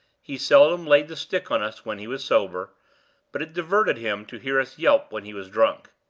he seldom laid the stick on us when he was sober but it diverted him to hear us yelp when he was drunk.